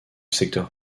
secteur